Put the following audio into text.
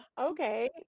Okay